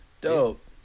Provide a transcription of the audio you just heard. dope